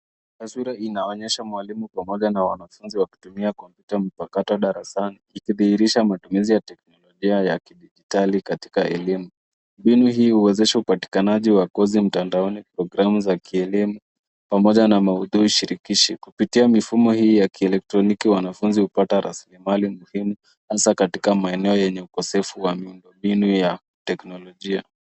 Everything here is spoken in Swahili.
Taswira inaonyesha mwalimu pamoja na wanafunzi wakitumia kompyuta mpakato darasani ikidhihirisha matumizi ya teknolojia ya kidijitali katika elimu. Mbinu hii huwezesha upatikanaji wa kozi mtandaoni za kielimu pamoja na maudhui shirikishi. Kupitia mfumo hii ya kielektroniki wanafunzi hupata rasilimali muhimu hasa katika maeneo yenye ukosefu wa miundo mbinu ya teknolojia.